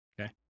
okay